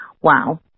Wow